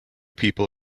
people